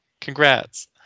Congrats